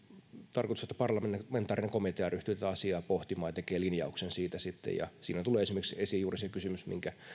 tarkoitus on että parlamentaarinen komitea ryhtyy tätä asiaa pohtimaan ja tekee linjauksen siitä sitten siinä tulee esiin esimerkiksi juuri se kysymys minkä